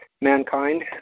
mankind